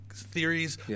theories